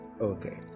Okay